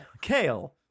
Kale